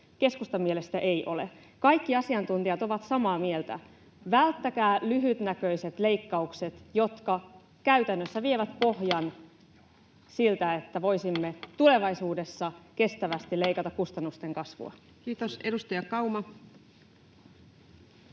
Keskustan mielestä ei ole. Kaikki asiantuntijat ovat samaa mieltä: välttäkää lyhytnäköiset leikkaukset, jotka käytännössä vievät pohjan siltä, että voisimme tulevaisuudessa kestävästi leikata kustannusten kasvua. [Speech 88] Speaker: